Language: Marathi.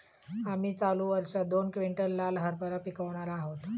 आम्ही चालू वर्षात दोन क्विंटल लाल हरभरा पिकावणार आहोत